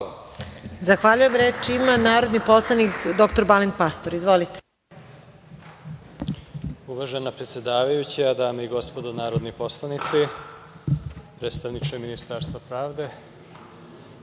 Zahvaljujem. Reč ima narodni poslanik dr Balin Pastor. Izvolite. **Balint Pastor** Uvažena predsedavajuća, dame i gospodo narodni poslanici, predstavniče Ministarstva pravde,